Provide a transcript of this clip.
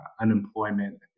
unemployment